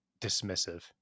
dismissive